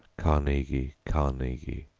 carnegie, carnegie,